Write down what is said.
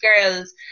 girls